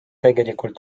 tegelikult